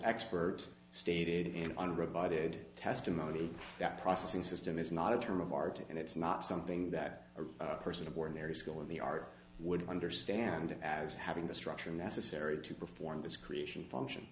expert stated in unprovided testimony that processing system is not a term of art and it's not something that a person of ordinary skill in the art would understand as having the structure necessary to perform this creation function